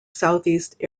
southeast